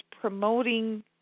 promoting